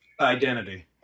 Identity